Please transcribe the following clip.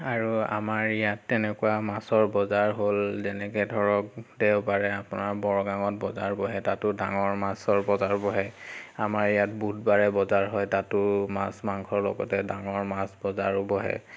আৰু আমাৰ ইয়াত তেনেকুৱা মাছৰ বজাৰ হ'ল যেনেকৈ ধৰক দেওবাৰে আপোনাৰ বৰগাঁৱত বজাৰ বহে তাতো ডাঙৰ মাছৰ বজাৰ বহে আমাৰ ইয়াত বুধবাৰে বজাৰ হয় তাতো মাছ মাংসৰ লগতে ডাঙৰ মাছ বজাৰো বহে